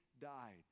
died